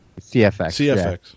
cfx